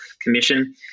commission